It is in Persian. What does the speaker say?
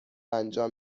انجام